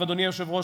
אדוני היושב-ראש,